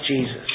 Jesus